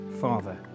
Father